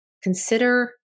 consider